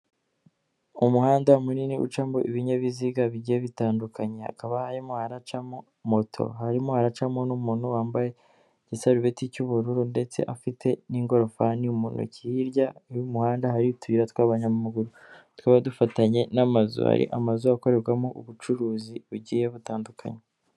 Umuhanda munini ucamo ibinyabiziga bigiye bitandukanye, hakaba harimo haracamo moto, harimo haracamo n'umuntu wambaye igisarubeti cy'ubururu ndetse afite n'ingorofani mu ntoki, hirya y'umuhanda hari utuyira tw'abanyamaguru tuba dufatanye n'amazu, hari amazu akorerwamo ubucuruzi bugiye butandukanye.